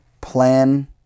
plan